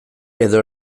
edo